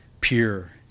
pure